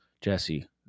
Jesse